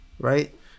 right